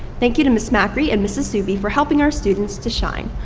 thank you to ms. macri and mrs. suby for helping our students to shine.